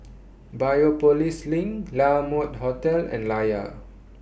Biopolis LINK La Mode Hotel and Layar